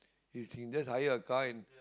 it's just hire a car and